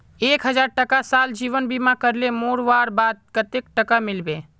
एक हजार टका साल जीवन बीमा करले मोरवार बाद कतेक टका मिलबे?